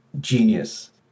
genius